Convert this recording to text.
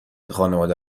خانواده